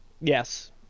yes